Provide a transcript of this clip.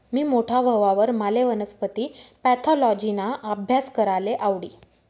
मी मोठा व्हवावर माले वनस्पती पॅथॉलॉजिना आभ्यास कराले आवडी